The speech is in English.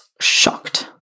shocked